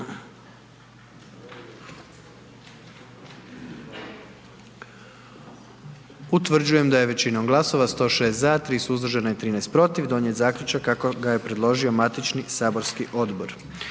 Utvrđujem da je većinom glasova 97 za, 19 suzdržanih donijet zaključak kako je predložilo matično saborsko radno